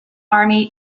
army